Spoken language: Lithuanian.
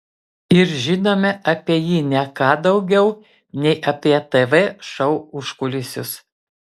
ir žinome apie jį ne ką daugiau nei apie tv šou užkulisius